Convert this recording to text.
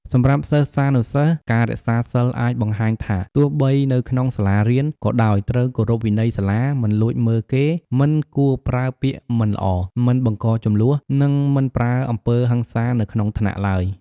សម្រាប់សិស្សានុសិស្ស ការរក្សាសីលអាចបង្ហាញថាទោះបីនៅក្នុងសាលារៀនក៏ដោយត្រូវគោរពវិន័យសាលា មិនលួចមើលគេ មិនគួរប្រើពាក្យមិនល្អ មិនបង្កជម្លោះ និងមិនប្រើអំពើហិង្សានៅក្នុងថ្នាក់ឡើយ។